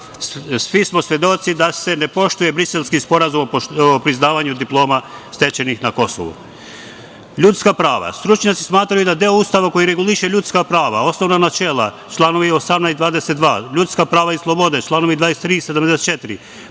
svi smo svedoci da se ne poštuje Briselski sporazum o priznavanju diploma stečenih na Kosovu. Ljudska prava. Stručnjaci smatraju da deo Ustava koji reguliše ljudska prava, osnovna načela, članovi 18. i 22, ljudska prava i slobode, članovi 23.